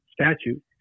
statute